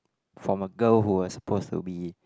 from a girl who was supposed to be